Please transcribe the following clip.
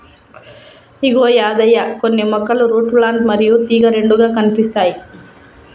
ఇగో యాదయ్య కొన్ని మొక్కలు root plant మరియు తీగ రెండుగా కనిపిస్తాయి